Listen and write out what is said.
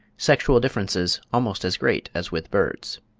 sexual differences almost as great as with birds.